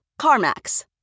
CarMax